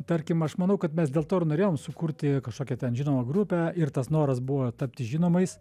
tarkim aš manau kad mes dėl to ir norėjom sukurti kažkokią ten žinomą grupę ir tas noras buvo tapti žinomais